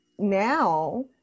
Now